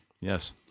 Yes